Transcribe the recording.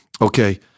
Okay